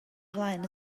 flaen